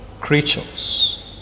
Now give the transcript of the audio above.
creatures